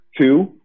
two